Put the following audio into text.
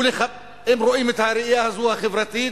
אם רואים את הראייה הזאת, החברתית,